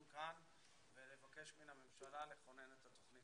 כאן ולבקש מן הממשלה לכונן את התכנית.